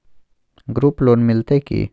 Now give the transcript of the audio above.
Group loan मिलतै की?